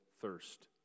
thirst